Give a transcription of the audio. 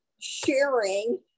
sharing